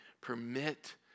Permit